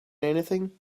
anything